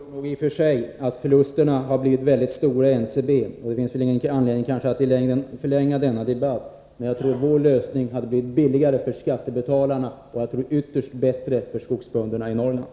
Fru talman! Jag tror i och för sig att förlusterna i NCB har blivit väldigt stora. Det finns kanske ingen anledning att förlänga denna debatt, men jag vill säga att jag tror att vår lösning hade blivit billigare för skattebetalarna och ytterst bättre för skogsbönderna i Norrland.